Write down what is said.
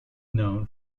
known